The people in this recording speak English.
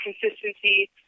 consistency